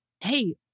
Hey